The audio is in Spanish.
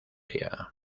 día